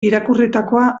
irakurritakoa